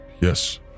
Yes